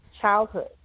childhood